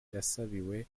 yasabiwe